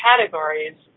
categories